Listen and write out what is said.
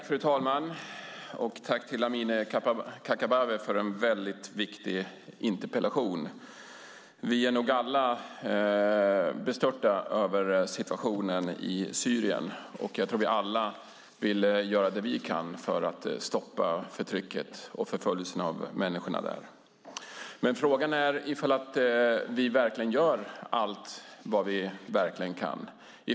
Fru talman! Tack till Amineh Kakabaveh för en väldigt viktig interpellation! Vi är nog alla bestörta över situationen i Syrien. Jag tror att vi alla vill göra det vi kan för att stoppa förtrycket och förföljelserna av människorna där. Frågan är dock om vi verkligen gör allt vi kan.